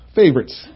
favorites